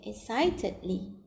excitedly